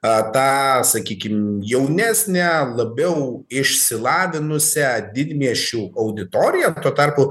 a tą sakykim jaunesnę labiau išsilavinusią didmiesčių auditoriją tuo tarpu